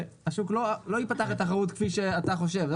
לתחרות כמו שאתה חושב.